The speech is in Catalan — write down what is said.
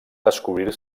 descobrir